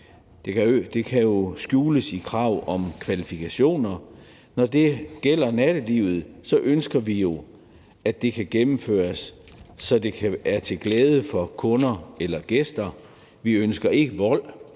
Det kan jo skjules i et krav om kvalifikationer. Når det gælder nattelivet, ønsker vi jo, at det kan gennemføres på en måde, så det er til glæde for kunderne eller gæsterne. Vi ønsker ikke vold